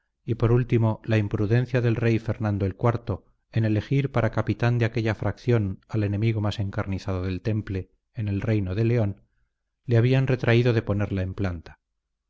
y por último la imprudencia del rey fernando el cuarto en elegir para capitán de aquella facción al enemigo más encarnizado del temple en el reino de león le habían retraído de ponerla en planta